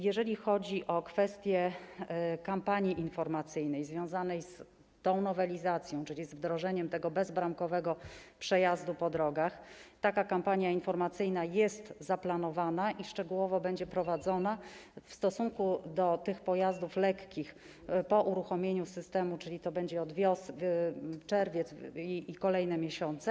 Jeżeli chodzi o kwestie kampanii informacyjnej związanej z tą nowelizacją, czyli z wdrożeniem bezbramkowego przejazdu po drogach, taka kampania informacyjna jest zaplanowana i szczegółowo będzie prowadzona w stosunku do pojazdów lekkich po uruchomieniu systemu, czyli to będą czerwiec i kolejne miesiące.